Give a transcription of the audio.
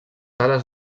ales